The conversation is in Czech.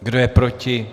Kdo je proti?